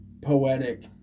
poetic